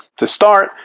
to start,